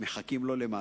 מחכים לו למטה.